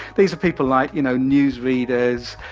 these are people like, you know, news readers,